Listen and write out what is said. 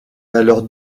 alors